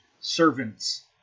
servants